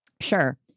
Sure